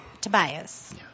Tobias